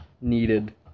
needed